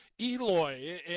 Eloy